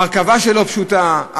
ההרכבה שלו פשוטה,